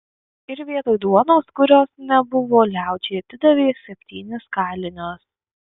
ir vietoj duonos kurios nebuvo liaudžiai atidavė septynis kalinius